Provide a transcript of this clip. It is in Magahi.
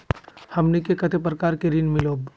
हमनी के कते प्रकार के ऋण मीलोब?